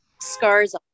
scars